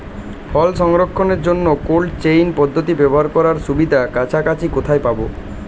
ফল সংরক্ষণের জন্য cold chain পদ্ধতি ব্যবহার করার সুবিধা কাছাকাছি কোথায় পাবো?